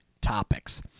topics